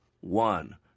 One